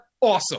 awesome